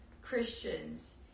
Christians